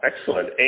Excellent